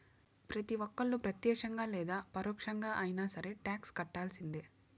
ప్రతి ఒక్కళ్ళు ప్రత్యక్షంగా లేదా పరోక్షంగా అయినా సరే టాక్స్ కట్టాల్సిందే